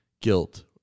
guilt